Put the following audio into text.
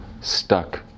stuck